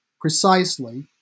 precisely